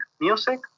music